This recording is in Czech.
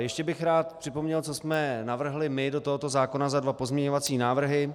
Ještě bych rád připomněl, co jsme navrhli my do tohoto zákona za dva pozměňovací návrhy.